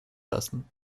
lassen